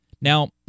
Now